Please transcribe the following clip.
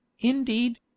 indeed